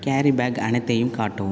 carry bag அனைத்தையும் காட்டவும்